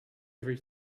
every